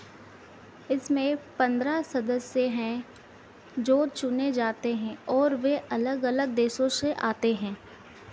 इसमें पंद्रह सदस्य हैं जो चुने जाते हैं और वे अलग अलग देशों से आते हैं